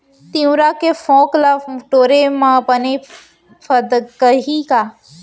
तिंवरा के फोंक ल टोरे म बने फदकही का?